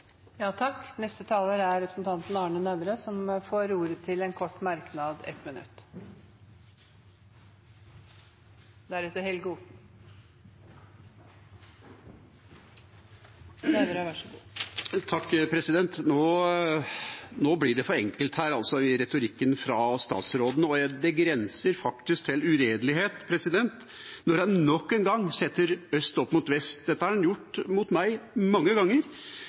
får ordet til en kort merknad, begrenset til 1 minutt. Nå blir retorikken fra statsråden for enkel her. Det grenser faktisk til uredelighet når han nok en gang setter øst opp mot vest. Dette har han gjort mot meg mange ganger,